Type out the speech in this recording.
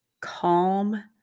calm